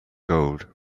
gold